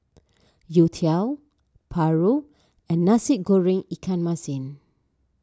Youtiao Paru and Nasi Goreng Ikan Masin